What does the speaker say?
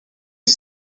est